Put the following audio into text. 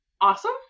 awesome